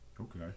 Okay